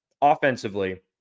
Offensively